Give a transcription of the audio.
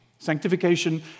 Sanctification